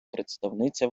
представниця